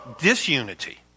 disunity